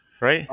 Right